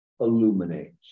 illuminates